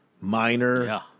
minor